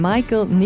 Michael